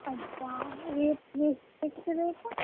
اچھا یہ یہ فکس ریٹ ہے